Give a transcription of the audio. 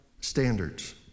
standards